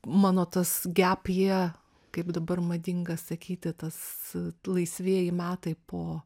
mano tas gepjė kaip dabar madinga sakyti tas laisvieji metai po